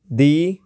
ਦੀ